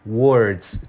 words